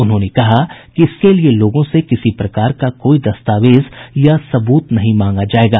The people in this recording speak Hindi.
उन्होंने कहा कि इसके लिये लोगों से किसी प्रकार का कोई दस्तावेज या सबूत नहीं मांगा जायेगा